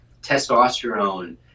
testosterone